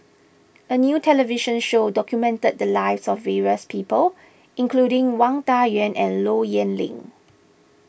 a new television show documented the lives of various people including Wang Dayuan and Low Yen Ling